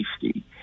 safety